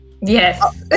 Yes